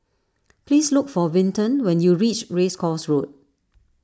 please look for Vinton when you reach Race Course Road